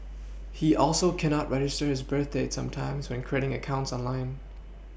he also cannot register his birth date sometimes when creating accounts online